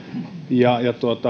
ja